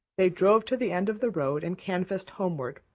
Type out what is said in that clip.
they drove to the end of the road and canvassed homeward,